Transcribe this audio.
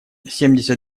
семьдесят